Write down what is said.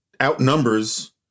outnumbers